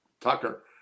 tucker